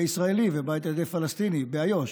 ישראלים ובית שמוחזק על ידי פלסטינים באיו"ש.